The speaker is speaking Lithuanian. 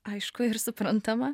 aišku ir suprantama